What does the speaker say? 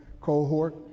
cohort